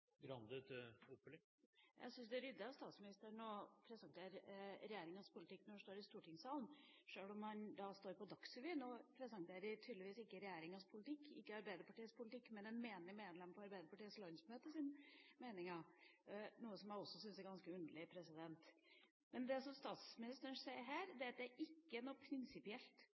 Jeg syns det er ryddig av statsministeren å presentere regjeringas politikk når han står i stortingssalen, sjøl om han står på Dagsrevyen og presenterer noe som tydeligvis ikke er regjeringas eller Arbeiderpartiets politikk, men meningene til et menig medlem på Arbeiderpartiets landsmøte – noe jeg syns er ganske underlig. Det statsministeren sier her, er at man ikke er prinsipielt mot å bore noe